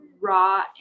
raw